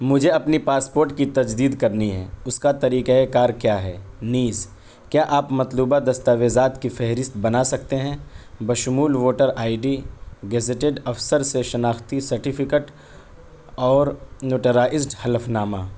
مجھے اپنی پاسپورٹ کی تجدید کرنی ہے اس کا طریقہ کار کیا ہے نیز کیا آپ مطلوبہ دستاویزات کی فہرست بنا سکتے ہیں بشمول ووٹر آئی ڈی گزیٹڈ افسر سے شناختی سرٹیفکیٹ اور نوٹرائزڈ حلف نامہ